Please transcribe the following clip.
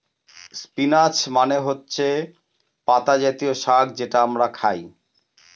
spinach মানে হচ্ছে পাতা জাতীয় শাক যেটা আমরা খায়